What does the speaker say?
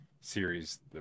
series